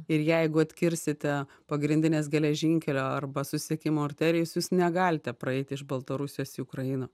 ir jeigu atkirsite pagrindines geležinkelio arba susisiekimo arterijas jūs negalite praeiti iš baltarusijos į ukrainą